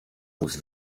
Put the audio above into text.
wóz